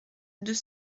deux